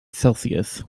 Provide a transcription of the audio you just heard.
celsius